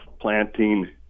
planting